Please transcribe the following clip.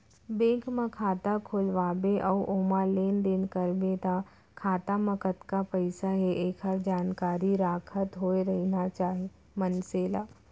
bank म खाता खोलवा बे अउ ओमा लेन देन करबे त खाता म कतका पइसा हे एकर जानकारी राखत होय रहिना चाही मनसे ल